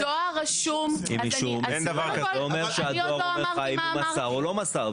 הדואר אומר לך אם הוא מסר או לא מסר,